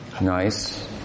nice